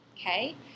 Okay